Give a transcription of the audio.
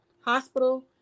hospital